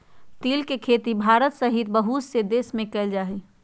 तिल के खेती भारत सहित बहुत से देश में कइल जाहई